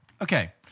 Okay